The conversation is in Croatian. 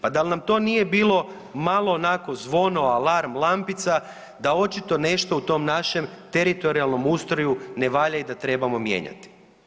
Pa dal nam to nije bilo malo onako zvono, alarm, lampica da očito nešto u tom našem teritorijalnom ustroju ne valja i da trebamo mijenjati?